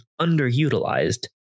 underutilized